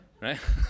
right